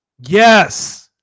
Yes